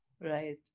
right